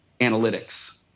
analytics